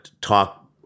talk